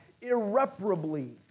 irreparably